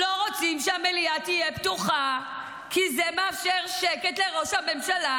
לא רוצים שהמליאה תהיה פתוחה כי זה מאפשר שקט לראש הממשלה